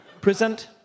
Present